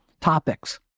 topics